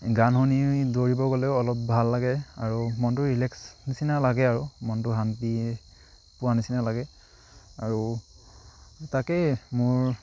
গান শুনি শুনি দৌৰিব গ'লেও অলপ ভাল লাগে আৰু মনটো ৰিলেক্স নিচিনা লাগে আৰু মনটো শান্তি পোৱা নিচিনা লাগে আৰু তাকেই মোৰ